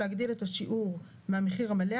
להגדיל את השיעור מהמחיר המלא,